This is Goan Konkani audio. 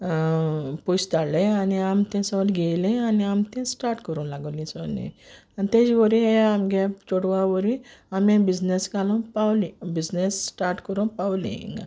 पोयश धाडले आनी आम तें सोगलें घेयलें आनी आम तें स्टार्ट कोरूं लागोलीं सोगलें आनी तेज वोरवीं हे आमगे चेडवा वोरवीं आम हें बिजनस घालूं पावलीं बिजनस स्टार्ट कोरूं पावलीं इंगा